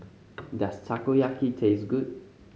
does Takoyaki taste good